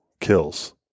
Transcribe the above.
kills